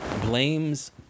blames